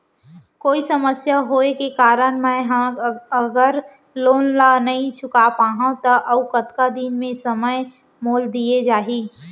कोई समस्या होये के कारण मैं हा अगर लोन ला नही चुका पाहव त अऊ कतका दिन में समय मोल दीये जाही?